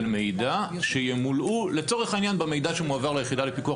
מידע שימולאו לצורך העניין במידע שמועבר ליחידה לפיקוח